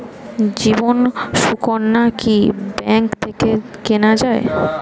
জীবন সুকন্যা কি ব্যাংক থেকে কেনা যায়?